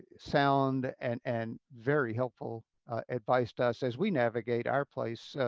sound and and very helpful advice to us as we navigate our place